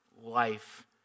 life